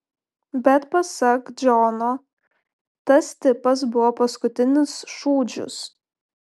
bet pasak džono tas tipas buvo paskutinis šūdžius